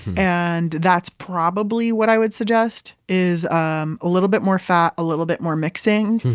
and that's probably what i would suggest is um a little bit more fat, a little bit more mixing.